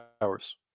hours